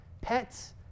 pets